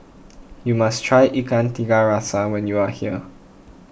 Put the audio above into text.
you must try Ikan Tiga Rasa when you are here